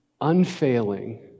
unfailing